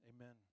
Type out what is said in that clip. amen